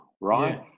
right